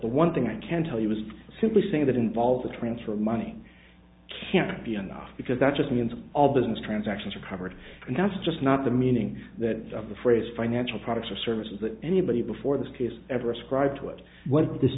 the one thing i can tell you is simply saying that involves a transfer of money can be enough because that just means all business transactions are covered and that's just not the meaning that the phrase financial products or services that anybody before this case ever ascribed to it what